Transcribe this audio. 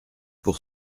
pour